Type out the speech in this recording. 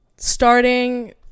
Starting